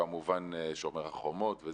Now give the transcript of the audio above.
כמובן שומר החומות,